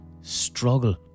struggle